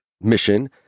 mission